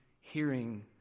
hearing